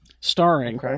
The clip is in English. starring